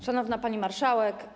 Szanowna Pani Marszałek!